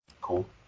Cool